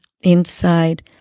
inside